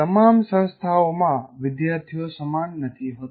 તમામ સંસ્થાઓમાં વિદ્યાર્થીઓ સમાન નથી હોતા